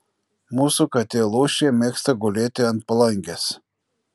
mūsų katė lūšė mėgsta gulėti ant palangės